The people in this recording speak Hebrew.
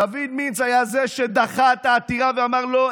דוד מינץ היה זה שדחה את העתירה ואמר: לא,